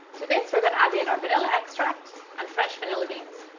to this we're going to add in our vanilla extract and fresh vanilla beans.